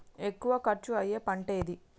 ఎక్కువ ఖర్చు అయ్యే పంటేది?